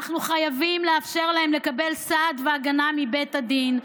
אנו חייבים לאפשר להם לקבל סעד והגנה מבית הדין,